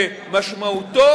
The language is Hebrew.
שמשמעותו